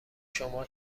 شما